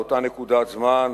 באותה נקודת זמן,